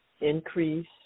increase